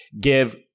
Give